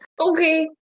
Okay